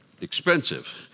expensive